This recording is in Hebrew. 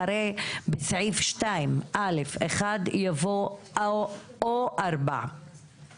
אחרי "בסעיף 2(א)(1)" יבוא "או (4)";